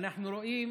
אנחנו רואים